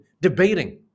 debating